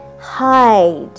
Hide